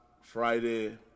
Friday